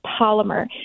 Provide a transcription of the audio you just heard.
polymer